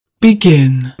Begin